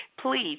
please